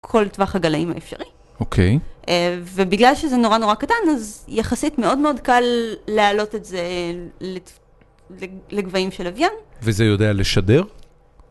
כל טווח הגלאים האפשרי. אוקיי. ובגלל שזה נורא נורא קטן, אז יחסית מאוד מאוד קל להעלות את זה לגבהים של לווין. וזה יודע לשדר?